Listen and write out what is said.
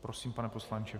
Prosím, pane poslanče.